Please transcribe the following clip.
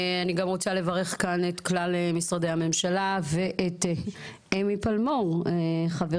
אני גם רוצה לברך כאן את כלל משרדי הממשלה ואת אמי פלמור חברתי